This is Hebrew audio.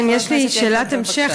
כן, יש לי שאלת המשך.